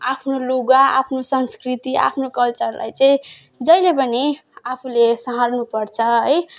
आफ्नो लुगा आफ्नो संस्कृति आफ्नो कल्चरलाई चाहिँ जहिले पनि आफूले स्याहार्नु पर्छ है